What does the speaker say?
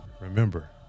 remember